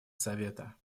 совета